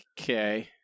Okay